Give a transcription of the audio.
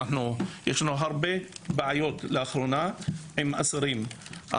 יש לנו הרבה בעיות לאחרונה עם אסירים.